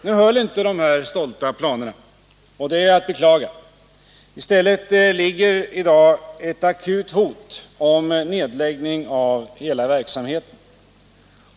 Nu höll inte de här stolta planerna, och det är att beklaga. I stället ligger i dag ett akut hot om nedläggning av hela verksamheten.